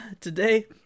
Today